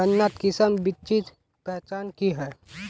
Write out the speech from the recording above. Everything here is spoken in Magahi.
गन्नात किसम बिच्चिर पहचान की होय?